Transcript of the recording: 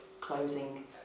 closing